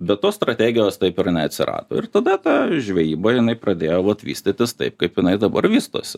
be to strategijos taip ir neatsirado ir tada ta žvejyba jinai pradėjo vat vystytis taip kaip jinai dabar vystosi